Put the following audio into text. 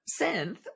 synth